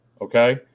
Okay